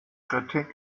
kritik